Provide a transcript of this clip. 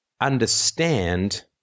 understand